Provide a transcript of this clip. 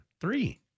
Three